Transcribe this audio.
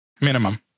Minimum